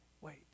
wait